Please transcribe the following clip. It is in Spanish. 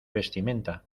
vestimenta